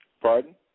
Pardon